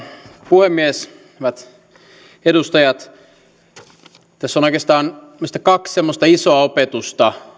puhemies hyvät edustajat tässä on oikeastaan minun mielestäni kaksi semmoista isoa opetusta jotka